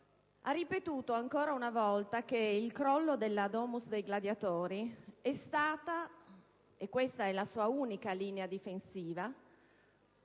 ha ripetuto ancora una volta che il crollo della *domus* dei gladiatori è stato - e questa è la sua unica linea difensiva